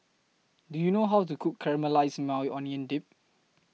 Do YOU know How to Cook Caramelized Maui Onion Dip